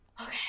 okay